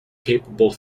capable